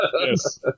Yes